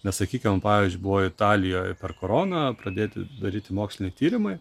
nes sakykim pavyzdžiui buvo italijoj per koroną pradėti daryti moksliniai tyrimai